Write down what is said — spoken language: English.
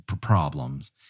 problems